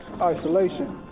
isolation